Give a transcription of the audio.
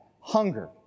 Hunger